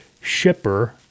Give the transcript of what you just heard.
shipper